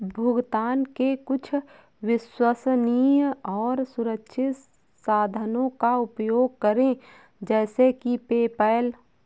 भुगतान के कुछ विश्वसनीय और सुरक्षित साधनों का उपयोग करें जैसे कि पेपैल